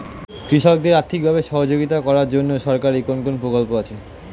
কৃষকদের আর্থিকভাবে সহযোগিতা করার জন্য সরকারি কোন কোন প্রকল্প আছে?